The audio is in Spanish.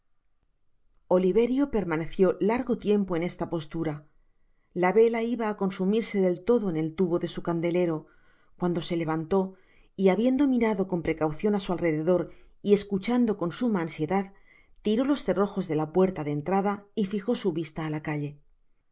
oliverio permaneció largo tiempo en esta postura ia vela iba á consumirse del todo en el tubo de su candelero cuando se levantó y habiendo mirado con precaucion á su alrededor y escuchando con suma ansiedad tiró los cerrojos de la puerta de entrada y fijo su vista á la calle